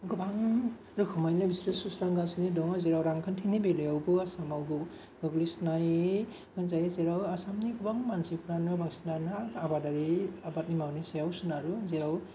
गोबां रोखोमैनो बिस्रो सुस्रां गासिनो दं जेराव रां खान्थिनि बेलायावबो आसामावबो गोग्लैसोनाय जायो जेराव आसामनि गोबां मानसिफ्रानो बांसिनानो आबादारि आबादनि मावनायनि सायाव सोनारो जेराव